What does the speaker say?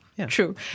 True